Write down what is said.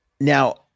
now